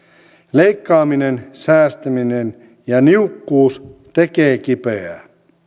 leikkaaminen säästäminen ja niukkuus tekevät kipeää